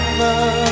love